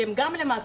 כי הם גם גיבורים,